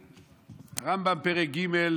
הרמב"ם, פרק ג',